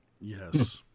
yes